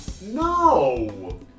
No